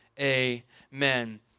Amen